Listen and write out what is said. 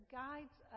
guides